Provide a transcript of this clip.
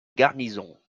garnison